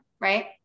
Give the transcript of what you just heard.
right